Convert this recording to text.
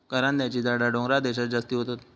करांद्याची झाडा डोंगराळ देशांत जास्ती होतत